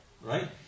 right